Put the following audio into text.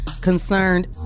concerned